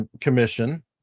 Commission